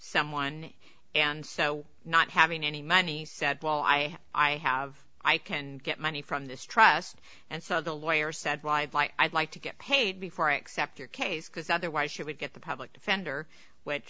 someone and so not having any money said well i i have i can get money from this trust and so the lawyer said why i like to get paid before i accept your case because otherwise she would get the public defender which